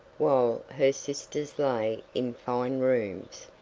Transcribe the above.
while her sisters lay in fine rooms,